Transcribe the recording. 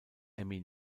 emmy